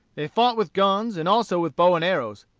they fought with guns and also with bow and arrows.